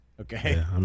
Okay